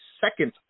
second